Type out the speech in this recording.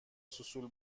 سوسول